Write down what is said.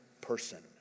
person